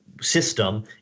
system